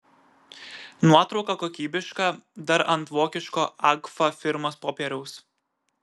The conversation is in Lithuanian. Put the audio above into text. nuotrauka kokybiška dar ant vokiško agfa firmos popieriaus